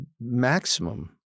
maximum